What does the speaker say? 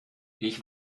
ich